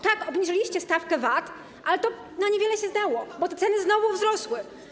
Tak, obniżyliście stawkę VAT, ale to na niewiele się zdało, bo te ceny znowu wzrosły.